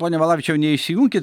pone valavičiau neišsijunkit